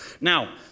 Now